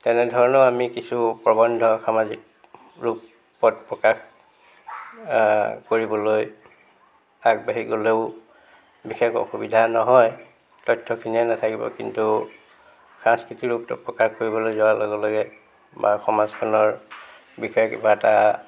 তেনেধৰণেও আমি কিছু প্ৰবন্ধ সামাজিক ৰূপত প্ৰকাশ কৰিবলৈ আগবাঢ়ি গ'লেও বিশেষ অসুবিধা নহয় তথ্য়খিনিহে নাথিকিব কিন্তু সাংস্কৃতিক ৰূপটো প্ৰকাশ কৰিবলৈ যোৱাৰ লগে লগে বা সমাজখনৰ বিশেষ কিবা এটা